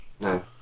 No